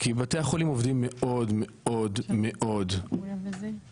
כי בתי החולים עובדים מאוד מאוד מאוד לאט.